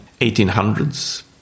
1800s